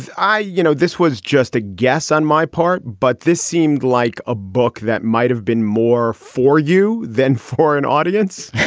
i you know, this was just a guess on my part, but this seemed like a book that might have been more for you than for an audience